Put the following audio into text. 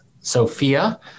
sophia